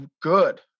Good